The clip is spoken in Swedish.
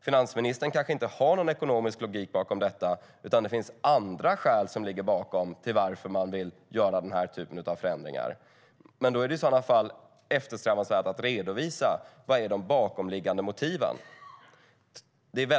Finansministern kanske inte har någon ekonomisk logik bakom detta, utan det kanske finns andra skäl som ligger bakom att man vill göra den här typen av förändringar. I så fall är det eftersträvansvärt att redovisa vad de bakomliggande motiven är.